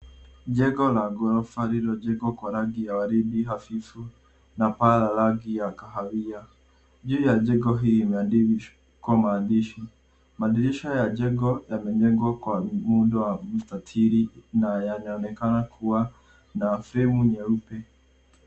Jengo la gorofa lililojengwa kwa rangi ya waridi hafifu na paa la rangi ya kahawia. Juu ya jengo hii imeandikwa maandishi. Madirisha ya jengo yamejengwa kwa muundo wa mstatiri na yanaonekana kuwa na fremu nyeupe.